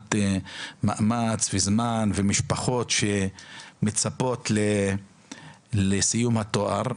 מבחינת מאמץ וזמן ומשפחות שמצפות לסיום התואר.